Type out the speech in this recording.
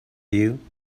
you